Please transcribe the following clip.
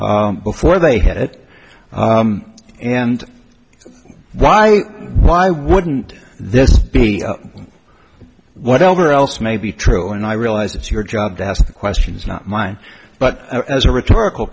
this before they hit it and why why wouldn't this be whatever else may be true and i realize it's your job to ask questions not mine but as a rhetorical